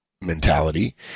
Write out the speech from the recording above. mentality